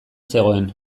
zegoen